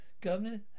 Governor